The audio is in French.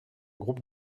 groupe